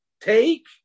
take